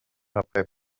après